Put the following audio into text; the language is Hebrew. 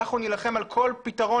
אנחנו נילחם על כל פתרון,